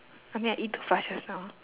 I mean I eat too fast just now